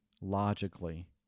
logically